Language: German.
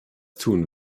tun